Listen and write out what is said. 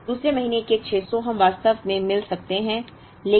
तो दूसरे महीने के 600 हम वास्तव में मिल सकते हैं